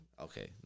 Okay